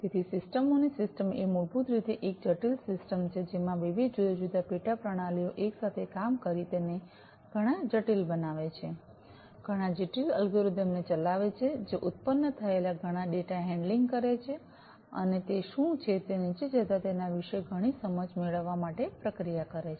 તેથી સિસ્ટમોની સિસ્ટમ એ મૂળભૂત રીતે એક જટિલ સિસ્ટમ છે જેમાં વિવિધ જુદા જુદા પેટા પ્રણાલીઓ એકસાથે કામ કરી તેને ઘણાં જટિલ બનાવે છે ઘણાં જટિલ અલ્ગોરિધમનો ચલાવે છે જે ઉત્પન્ન થયેલા ઘણા ડેટા હેન્ડલિંગ કરે છે અને તે શું છે તે નીચે જતા તેના વિશે ઘણી સમજ મેળવવા માટે પ્રક્રિયા કરે છે